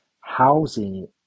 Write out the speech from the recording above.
housing